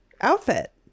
outfit